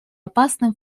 опасным